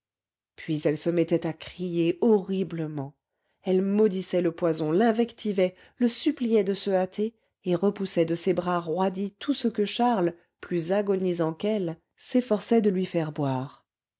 puis elle se mettait à crier horriblement elle maudissait le poison l'invectivait le suppliait de se hâter et repoussait de ses bras roidis tout ce que charles plus agonisant qu'elle s'efforçait de lui faire boire